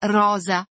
rosa